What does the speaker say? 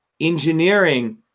engineering